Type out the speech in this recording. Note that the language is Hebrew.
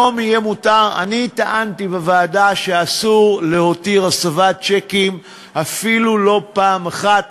אני טענתי בוועדה שאסור להתיר הסבת צ'קים אפילו פעם אחת,